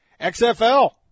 XFL